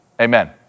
amen